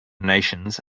nations